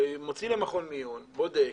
מוציא למכון מיון, בודק,